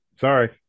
sorry